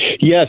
Yes